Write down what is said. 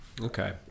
Okay